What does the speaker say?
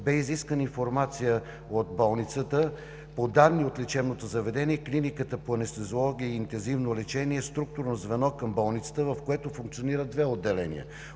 бе изискана информация от Болницата и по данни от лечебното заведение Клиниката по анестезиология и интензивно лечение, структурно звено към Болницата, в което функционират две отделения